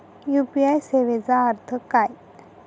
UPI सेवेचा अर्थ काय?